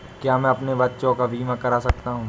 क्या मैं अपने बच्चों का बीमा करा सकता हूँ?